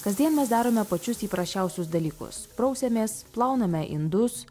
kasdien mes darome pačius įprasčiausius dalykus prausiamės plauname indus